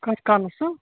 کَتھ کلَس ہا